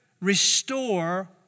restore